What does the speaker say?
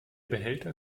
behälter